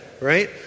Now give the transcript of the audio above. right